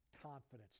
confidence